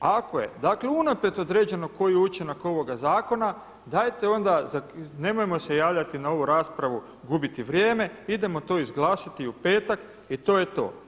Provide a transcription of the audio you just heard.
A ako je dakle unaprijed određeno koji je učinak ovoga zakona dajte onda nemojmo se javljati na ovu raspravu, gubiti vrijeme, idemo to izglasati u petak i to je to.